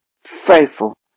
faithful